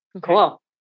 Cool